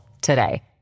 today